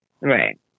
Right